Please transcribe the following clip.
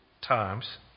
times